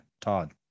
Todd